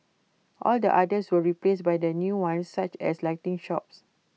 all the others were replaced by the new ones such as lighting shops